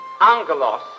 Angelos